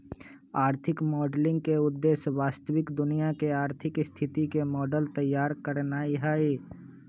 आर्थिक मॉडलिंग के उद्देश्य वास्तविक दुनिया के आर्थिक स्थिति के मॉडल तइयार करनाइ हइ